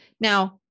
now